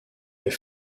est